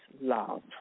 love